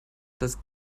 das